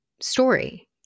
story